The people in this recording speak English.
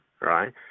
Right